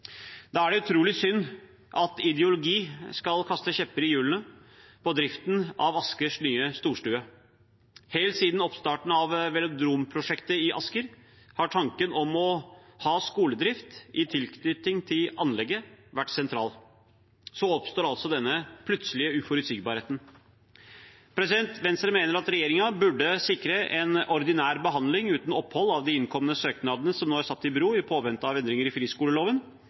Da er det utrolig synd at ideologi skal stikke kjepper i hjulene for driften av Askers nye storstue. Helt siden oppstarten av velodromprosjektet i Asker har tanken om å ha skoledrift i tilknytning til anlegget vært sentralt. Så oppstår altså denne plutselige uforutsigbarheten. Venstre mener at regjeringen burde sikre en ordinær behandling uten opphold av de innkomne søknadene som nå er stilt i bero i påvente av endringer i friskoleloven.